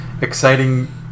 exciting